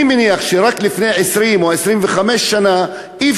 אני מניח שרק לפני 20 או 25 שנה לא היה